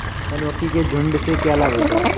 मधुमक्खी के झुंड से क्या लाभ होता है?